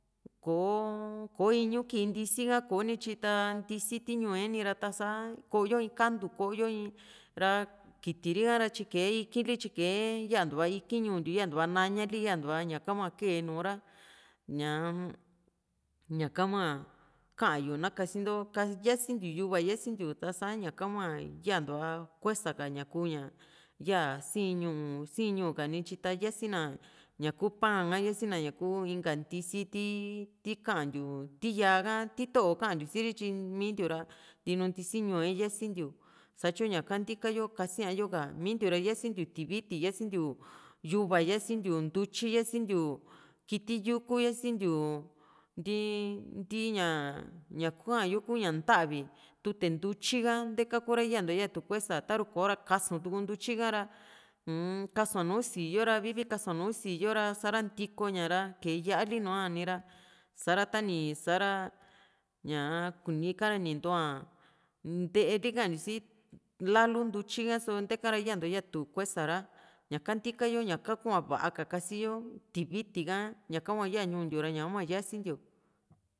kò´o ko iñu kii ntisi ha´ko ni tyi ta ntisi ti ñuu´e ni ra ta´sa koo yo kantu koyoo in ra kiti ri´a ra tyika iki´nli tyikae yantua iki ñuu ntiu yantua naña li yantua ñaka hua kee nuu ra ñaa-m ñaka hua ka´yu na kasinto yasintiu yuva yasintiu ta´sa ñaka hua yantua kuesa ka ña kuu ña yaa sii´n ñuu ka nityi ta yasina ña kuu paa ka siasina ñaku inka ntisi ti tikantiu ti yaa´ha ti to´o kantiu siri tyi mintiu ra ntiinu ntisi ñuu e yasintiu satyu ñaka ntika yo kasiayo ka mintiu ra yasintiu tiviti yasintiu yuva yasintiu ntuyi yasintiu kiti yuku yasintiu nti ntiña ñaka yo kuu ña ntavi tute ntutyika nteka kura yaantua yatu kuesa ta´ru kora kaasutuu ntutyika ra uun kasua nu sioo ra vii vii kasua nu síoo ra sa´ra ntikoyo ña ra kee yá´ali nuani ra sa´ra tani sa´ra ñaa ika ni ntua ntee li kantiu si lalu ntutyi ha´so nte´ka ra yantua yatu kuesa ra ñaka ntika yo ñaka kua va´a ka kasi yo tiviti ha ñaka hua yaa ñuu ntiu ra ñaka hua yasintiu